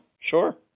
sure